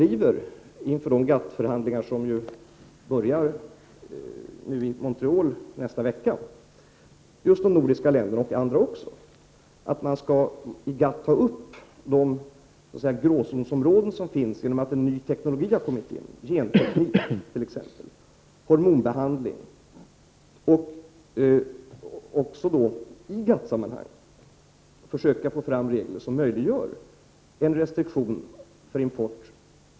Inför de GATT-förhandlingar som börjar i Montreal nästa vecka driver de nordiska länderna, och även andra länder, frågan om att GATT skall ta upp de gråzonsområden som har uppstått genom att en ny teknologi har tillkommit. Det gäller t.ex. genteknik och hormonbehandling. Man skall i GATT sammanhang försöka få fram regler som mot etisk bakgrund möjliggör restriktioner vid import.